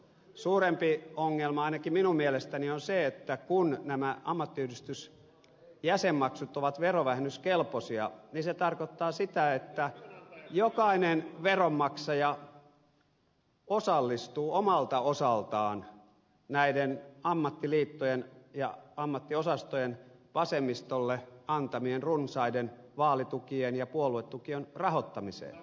suurempi ongelma ainakin minun mielestäni on se että kun nämä ammattiyhdistysjäsenmaksut ovat verovähennyskelpoisia se tarkoittaa sitä että jokainen veronmaksaja osallistuu omalta osaltaan näiden ammattiliittojen ja ammattiosastojen vasemmistolle antamien runsaiden vaalitukien ja puoluetukien rahoittamiseen